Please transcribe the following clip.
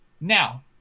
Now